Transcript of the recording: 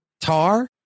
Tar